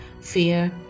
fear